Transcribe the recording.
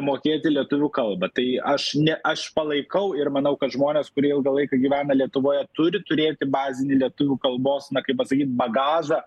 mokėti lietuvių kalbą tai aš ne aš palaikau ir manau kad žmonės kurie ilgą laiką gyvena lietuvoje turi turėti bazinį lietuvių kalbos na kaip pasakyt bagažą